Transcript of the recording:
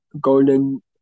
Golden